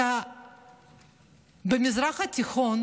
במזרח התיכון